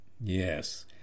Yes